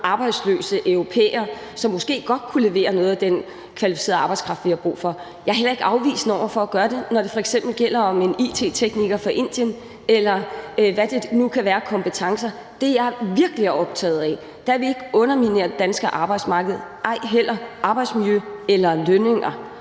arbejdsløse europæere, som måske godt kunne levere noget af den kvalificerede arbejdskraft, vi har brug for. Jeg er heller ikke afvisende over for at gøre det, når det f.eks. gælder en it-tekniker fra Indien, eller hvad det nu kan være for kompetencer, der er brug for. Det, jeg virkelig er optaget af, er, at vi ikke underminerer det danske arbejdsmarked, ej heller i forhold til arbejdsmiljø eller lønninger